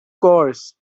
course